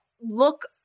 look